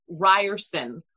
Ryerson